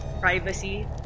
privacy